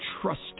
trust